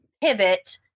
pivot